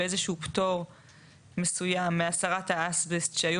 ואיזשהו פטור מסוים מהסרת האסבסט שהיו